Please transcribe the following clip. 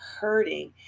hurting